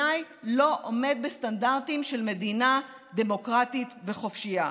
בעיניי פשוט לא עומד בסטנדרטים של מדינה דמוקרטית וחופשייה.